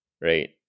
right